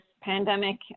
pandemic